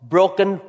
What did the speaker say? Broken